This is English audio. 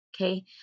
Okay